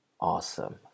awesome